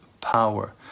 power